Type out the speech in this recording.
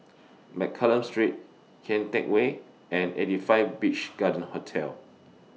Mccallum Street Kian Teck Way and eighty five Beach Garden Hotel